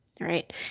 Right